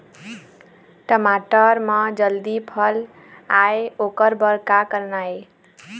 टमाटर म जल्दी फल आय ओकर बर का करना ये?